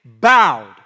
bowed